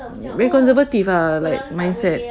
very conservative ah mindset